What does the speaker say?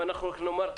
למשל,